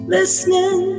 listening